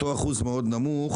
אותו אחוז נמוך מאוד,